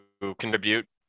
contribute